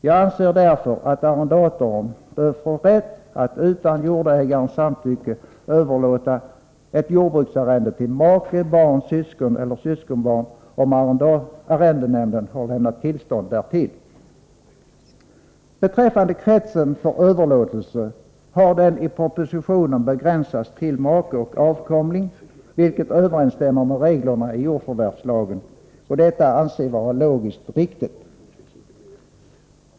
Jag anser därför att arrendatorn bör få rätt att utan jordägarens samtycke överlåta ett jordbruksarrende till make, barn, syskon eller syskonbarn, om arrendenämnden har lämnat tillstånd därtill.” Kretsen för överlåtelse har i propositionen begränsats till make och avkomling, vilket överensstämmer med reglerna i jordförvärvslagen. Detta anser vi vara logiskt riktigt.